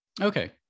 Okay